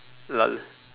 lol